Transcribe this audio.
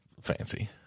Fancy